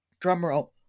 drumroll